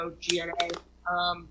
G-N-A